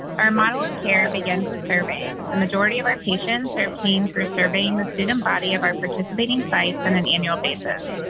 our model of care begins with surveying. the majority of our patients are obtained through surveying the student body of our participating sites on and an annual basis.